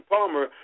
Palmer